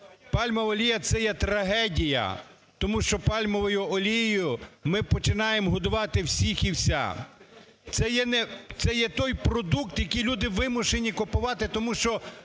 Пальмова олія – це є трагедія, тому що пальмовою олією ми починаємо годувати всіх і вся. Це є той продукт, який люди вимушені купувати, тому що